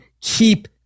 keep